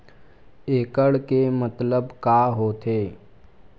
एकड़ के मतलब का होथे?